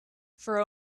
for